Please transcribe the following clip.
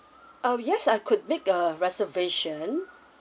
uh yes I could make a reservation